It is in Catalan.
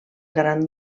gran